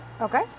Okay